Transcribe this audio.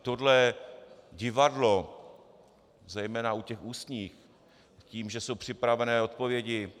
Tohle je divadlo, zejména u těch ústních, tím, že jsou připravené odpovědi.